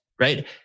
right